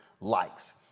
likes